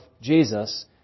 Jesus